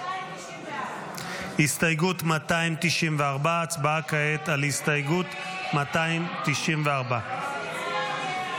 294. הסתייגות 294. ההצבעה כעת היא על הסתייגות 294. 45 בעד,